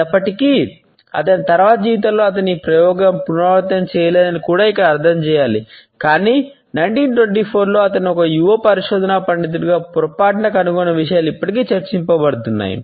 అయినప్పటికీ అతని తరువాతి జీవితంలో అతను ఈ ప్రయోగాన్ని పునరావృతం చేయలేదని కూడా ఇక్కడ అర్థం చేయాలి కాని 1924 లో అతను ఒక యువ పరిశోధనా పండితుడిగా పొరపాటున కనుగొన్న విషయాలు ఇప్పటికీ చర్చించబడుతున్నాయి